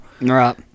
Right